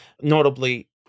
notably